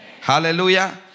Hallelujah